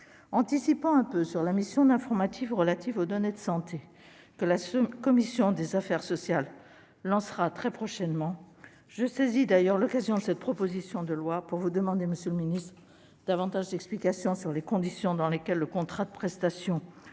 Anticipant quelque peu sur la mission d'information relative aux données de santé que la commission des affaires sociales lancera très prochainement, je saisis d'ailleurs l'occasion fournie par l'examen de cette proposition de loi pour vous demander, monsieur le secrétaire d'État, davantage d'explications sur les conditions dans lesquelles le contrat de prestation liant